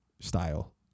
style